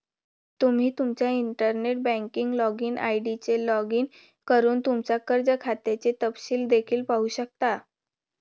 तुम्ही तुमच्या internet banking login ID ने लॉग इन करून तुमच्या कर्ज खात्याचे तपशील देखील पाहू शकता